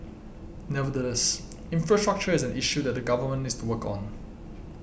nevertheless infrastructure is an issue that the government needs to work on